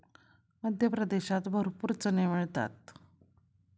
मध्य प्रदेशात भरपूर चणे मिळतात